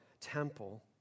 temple